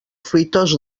fruitós